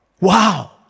Wow